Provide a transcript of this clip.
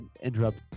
interrupt